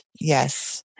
Yes